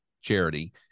charity